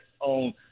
on